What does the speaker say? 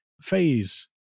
phase